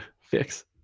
fix